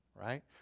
right